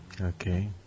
Okay